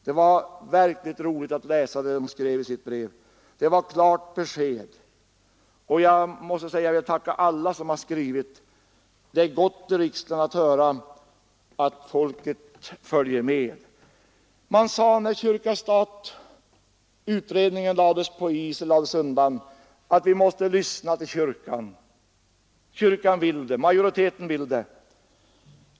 Det var verkligen roligt att läsa vad de skrev i sitt brev. Det var klart besked. Jag vill tacka alla som skrivit. Det är gott för oss riksdagsledamöter att finna att folket följer med. Man sade när stat—kyrka-beredningen lades undan att vi måste lyssna till kyrkan — kyrkan vill det, majoriteten vill det.